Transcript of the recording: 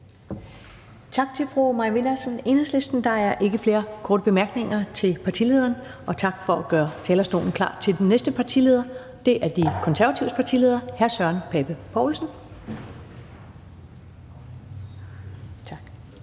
Tak til fru Mai Villadsen, Enhedslisten. Der er ikke flere korte bemærkninger til partilederen. Tak for at gøre talerstolen klar til den næste, som er De Konservatives partileder, hr. Søren Pape Poulsen. Kl.